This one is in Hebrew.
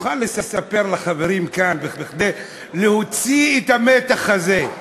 תוכל לספר לחברים כאן, כדי להוציא את המתח הזה,